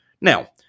Now